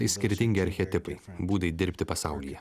tai skirtingi archetipai būdai dirbti pasaulyje